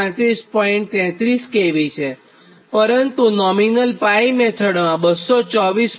33 kV પરંતુ nominal 𝜋 મેથડમાં 224